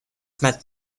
met